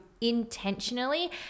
intentionally